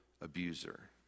abuser